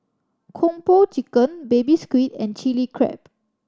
Kung Po Chicken Baby Squid and Chili Crab